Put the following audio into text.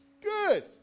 Good